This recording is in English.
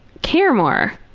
care more.